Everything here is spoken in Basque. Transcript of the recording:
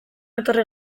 etorri